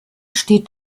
steht